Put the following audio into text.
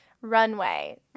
Runway